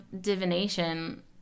divination